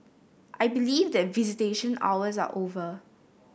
I believe that visitation hours are over